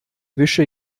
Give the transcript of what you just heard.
wische